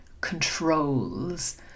controls